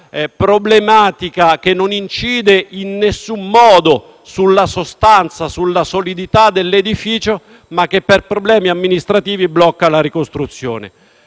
problematica che non incide in alcun modo sulla sostanza e sulla solidità dell’edificio ma che, per problemi amministrativi, blocca la ricostruzione.